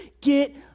get